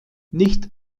nicht